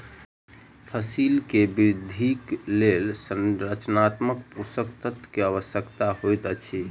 फसिल के वृद्धिक लेल संरचनात्मक पोषक तत्व के आवश्यकता होइत अछि